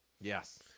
Yes